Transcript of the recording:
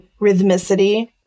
rhythmicity